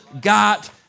got